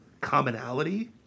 commonality